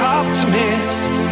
optimist